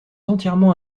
entièrement